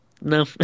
No